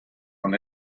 con